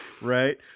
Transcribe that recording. right